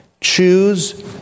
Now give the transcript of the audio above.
Choose